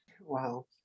Wow